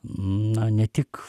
na ne tik